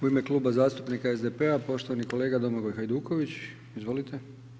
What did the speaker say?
U ime Kluba zastupnika SDP-a, poštovani kolega Domagoj Hajduković, izvolite.